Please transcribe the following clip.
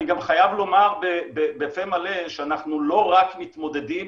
אני גם חייב לומר בפה מלא, שאנחנו לא רק מתמודדים